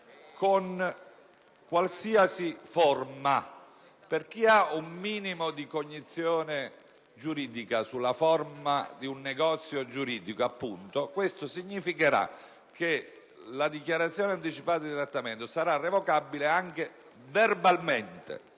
con qualsiasi forma. Per chi ha un minimo di cognizione sulla forma di un negozio giuridico, ciò significherà che la dichiarazione anticipata di trattamento sarà revocabile anche verbalmente: